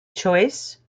choice